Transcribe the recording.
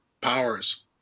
powers